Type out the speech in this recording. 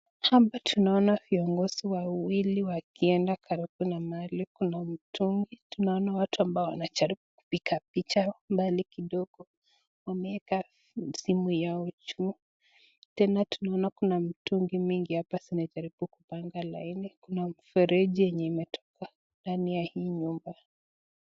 Hapa tunaona viongozi wawili wakienda karibu na mahali kuna mitungi. Tunaona watu ambao wanajaribu kupiga picha mbali kidogo. Wameweka simu yao juu. Tena tunaona kuna mitungi mingi hapa zinajaribu kupanga laini kuna mfereji yenye imetoka ndani ya hii nyumba.